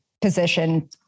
position